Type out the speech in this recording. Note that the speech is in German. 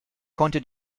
konnte